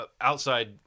outside